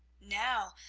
now,